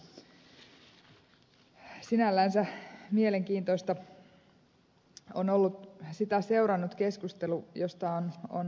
sinällänsä mielenkiintoista on ollut sitä seurannut keskustelu josta on tullut myös ed